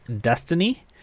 Destiny